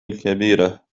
الكبيرة